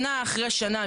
שנה אחרי שנה,